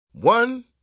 One